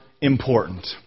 important